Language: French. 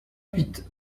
huit